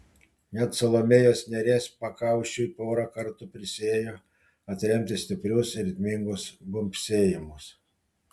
net salomėjos nėries pakaušiui porą kartų prisiėjo atremti stiprius ritmingus bumbsėjimus